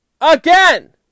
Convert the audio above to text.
Again